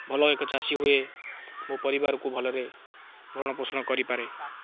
ଭଲ ଏକ ଚାଷୀ ହୁଏ ମୋ ପରିବାରକୁ ଭଲରେ ଭରଣ ପୋଷଣ କରିପାରେ